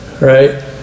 right